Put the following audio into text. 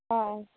অ'